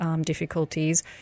difficulties